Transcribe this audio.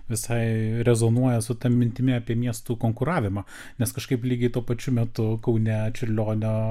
visai rezonuoja su ta mintimi apie miestų konkuravimą nes kažkaip lygiai tuo pačiu metu kaune čiurlionio